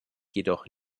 jedoch